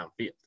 downfield